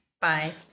Bye